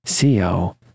co